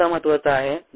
दर स्वतः महत्वाचा आहे